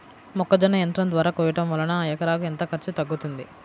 మొక్కజొన్న యంత్రం ద్వారా కోయటం వలన ఎకరాకు ఎంత ఖర్చు తగ్గుతుంది?